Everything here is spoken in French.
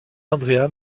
andrea